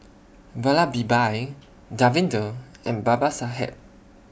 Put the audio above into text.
Vallabhbhai Davinder and Babasaheb